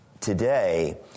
today